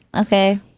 okay